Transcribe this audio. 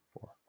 four